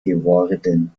geworden